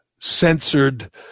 censored